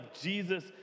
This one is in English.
Jesus